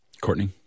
Courtney